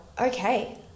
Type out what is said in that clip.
okay